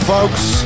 Folks